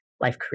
life